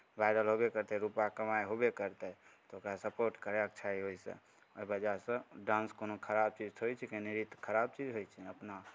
viral होबे करतै रुपैआके कमाइ होबे करतै तऽ ओकरा सपोर्ट करयके चाही ओहि वजहसँ डान्स कोनो खराब चीज थोड़े छिकै नृत्य खराब चीज होइ छै अपना